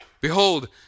Behold